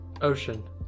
Ocean